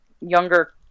younger